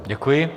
Děkuji.